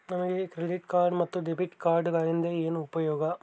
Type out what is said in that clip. ನಮಗೆ credit card ಮತ್ತು debit ಕಾರ್ಡುಗಳಿಂದ ಏನು ಉಪಯೋಗ?